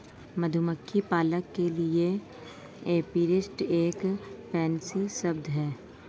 मधुमक्खी पालक के लिए एपीरिस्ट एक फैंसी शब्द है